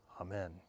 Amen